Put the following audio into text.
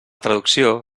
traducció